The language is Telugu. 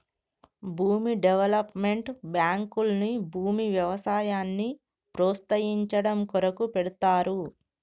భూమి డెవలప్మెంట్ బాంకుల్ని భూమి వ్యవసాయాన్ని ప్రోస్తయించడం కొరకు పెడ్తారు